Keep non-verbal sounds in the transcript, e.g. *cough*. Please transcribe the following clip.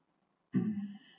*noise*